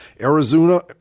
arizona